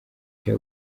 cya